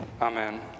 Amen